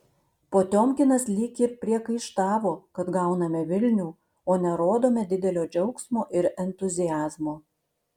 potiomkinas lyg ir priekaištavo kad gauname vilnių o nerodome didelio džiaugsmo ir entuziazmo